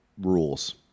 rules